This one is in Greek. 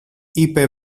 είπε